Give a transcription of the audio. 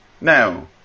Now